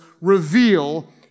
reveal